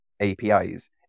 APIs